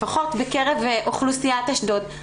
לפחות בקרב אוכלוסיית אשדוד,